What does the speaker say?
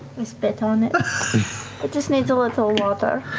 i spit on it. it just needs a little water.